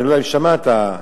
אולי שמעת,